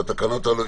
את התקנות הללו,